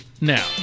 now